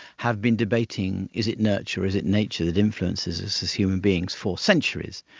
have been debating is it nurture or is it nature that influences us as human beings for centuries.